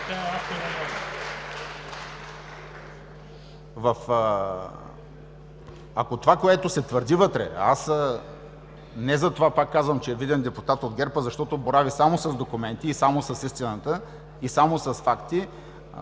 Ако това, което се твърди вътре, не затова, пак казвам, че е виден депутат от ГЕРБ, а защото борави само с документи и само с истината, и само с факти,